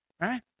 right